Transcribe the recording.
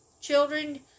children